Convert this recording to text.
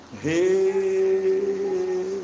Hey